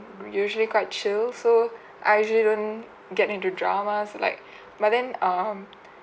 usually quite chill so I usually don't get into dramas like but then um